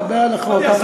לא מעל החוק.